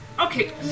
Okay